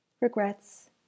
regrets